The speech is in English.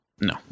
No